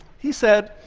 he said,